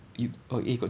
you orh eh got